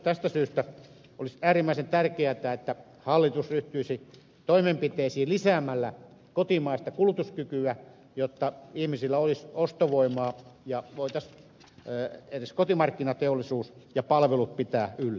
tästä syystä olisi äärimmäisen tärkeätä että hallitus ryhtyisi toimenpiteisiin lisäämällä kotimaista kulutuskykyä jotta ihmisillä olisi ostovoimaa ja voitaisiin edes kotimarkkinateollisuus ja palvelut pitää yllä